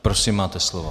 Prosím, máte slovo.